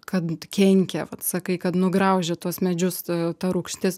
kad kenkia vat sakai kad nugraužia tuos medžius u ta rūgštis